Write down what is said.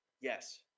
Yes